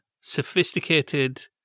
sophisticated